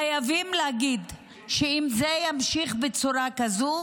חייבים להגיד שאם זה ימשיך בצורה כזו,